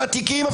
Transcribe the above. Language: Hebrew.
ותיקים,